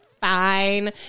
fine